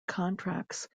contracts